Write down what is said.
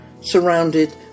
surrounded